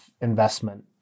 investment